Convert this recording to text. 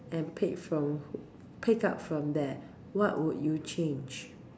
and pick from pick up from there what would you change